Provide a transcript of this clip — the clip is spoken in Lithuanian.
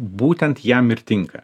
būtent jam ir tinka